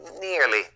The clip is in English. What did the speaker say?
nearly